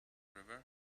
river